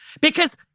Because-